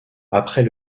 après